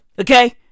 Okay